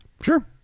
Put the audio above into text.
sure